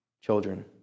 children